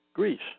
Greece